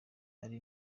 ari